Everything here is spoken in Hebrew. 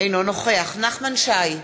אינו נוכח נחמן שי,